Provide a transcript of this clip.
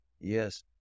Yes